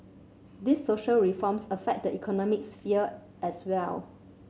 these social reforms affect the economic sphere as well